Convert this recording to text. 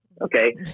okay